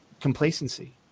complacency